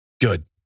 Good